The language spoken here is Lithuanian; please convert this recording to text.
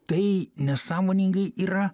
tai nesąmoningai yra